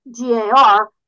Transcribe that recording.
GAR